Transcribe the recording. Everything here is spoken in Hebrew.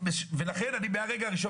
לכן אני מהרגע הראשון,